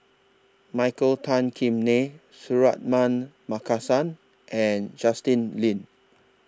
Michael Tan Kim Nei Suratman Markasan and Justin Lean